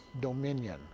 dominion